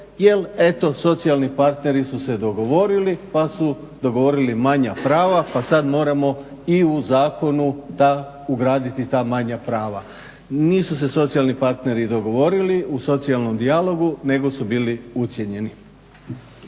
jel eto socijalni partneri su se dogovorili pa su dogovorili manja prava pa sad moramo i u zakonu ugraditi ta manja prava. Nisu se socijalni partneri dogovori u socijalnom dijalogu nego su bili ucijenjeni.